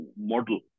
model